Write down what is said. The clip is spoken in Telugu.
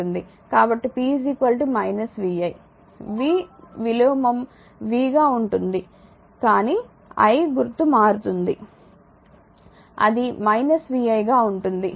కాబట్టి p vi v విలోమం v గా ఉంటుంది కానీ i యొక్క గుర్తు మారుతుంది అది vi గా ఉంటుంది